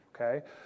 Okay